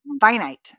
finite